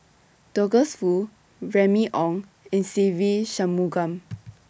Douglas Foo Remy Ong and Se Ve Shanmugam